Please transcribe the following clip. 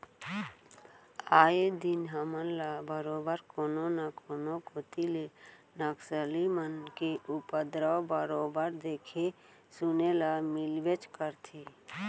आए दिन हमन ल बरोबर कोनो न कोनो कोती ले नक्सली मन के उपदरव बरोबर देखे सुने ल मिलबेच करथे